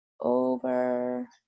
over